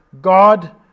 God